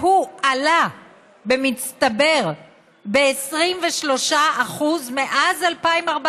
והוא עלה במצטבר ב-23% מאז 2014,